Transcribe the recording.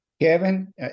Kevin